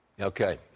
Okay